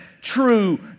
true